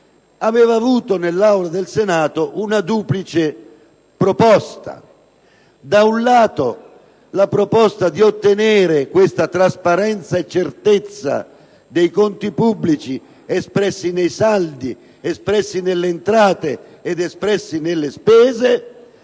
aveva avuto nell'Aula del Senato una duplice risposta: da un lato quella di ottenere questa trasparenza e certezza dei conti pubblici espressi nei saldi, nelle entrate e nelle spese,